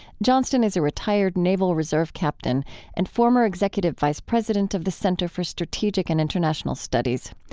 johnston is a retired naval reserve captain and former executive vice president of the center for strategic and international studies.